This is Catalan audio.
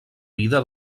vida